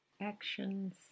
actions